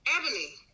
Ebony